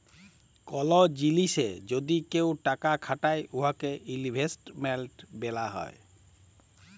call জিলিসে যদি কেউ টাকা খাটায় উয়াকে ইলভেস্টমেল্ট ব্যলা হ্যয়